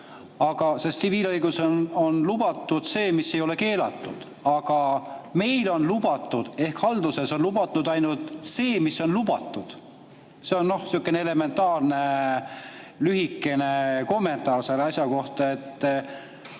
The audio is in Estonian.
teha, sest tsiviilõiguses on lubatud see, mis ei ole keelatud. Aga meil on lubatud ehk haldus[õigus]es on lubatud ainult see, mis on lubatud. See on sihukene elementaarne lühikene kommentaar selle asja kohta.